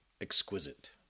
exquisite